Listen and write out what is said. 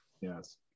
yes